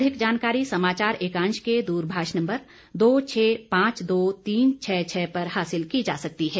अधिक जानकारी समाचार एकांश के दूरभाष नम्बर दो छह पांच दो तीन छह छह पर हासिल की जा सकती है